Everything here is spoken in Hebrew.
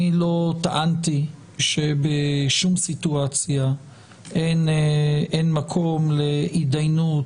אני לא טענתי שבשום סיטואציה אין מקום להתדיינות